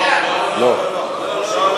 לא, לא,